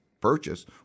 purchase